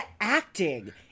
acting